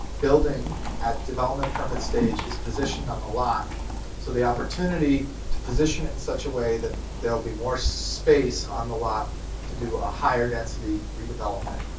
building at development permit stage is positioned on the lot so the opportunity to position it in such a way there will be more space on the lot to do a higher density redevelopment,